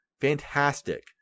Fantastic